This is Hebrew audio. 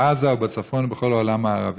בעזה ובצפון ובכל העולם הערבי.